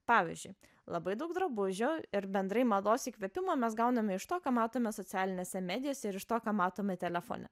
pavyzdžiui labai daug drabužių ir bendrai mados įkvėpimo mes gauname iš to ką matome socialinėse medijose ir iš to ką matome telefone